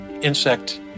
insect